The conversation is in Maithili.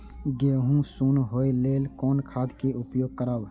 गेहूँ सुन होय लेल कोन खाद के उपयोग करब?